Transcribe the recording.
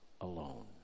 alone